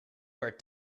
wear